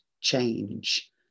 change